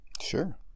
Sure